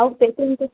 ଆଉ